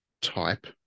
type